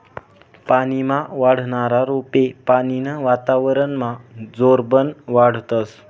पानीमा वाढनारा रोपे पानीनं वातावरनमा जोरबन वाढतस